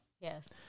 Yes